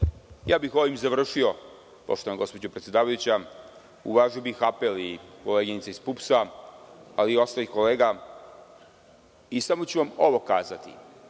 Ovim bih završio poštovana gospođo predsedavajuća. Uvažio bih apel i koleginice iz PUPS-a, ali i ostalih kolega. Samo ću vam ovo kazati.